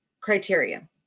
criteria